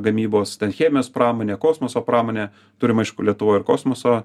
gamybos chemijos pramonė kosmoso pramonė turim aišku lietuvoj ir kosmoso